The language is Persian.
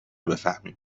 بفهمیم